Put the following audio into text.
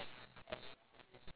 oh the mask okay okay